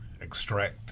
extract